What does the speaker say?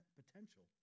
potential